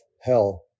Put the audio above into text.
hell